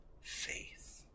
faith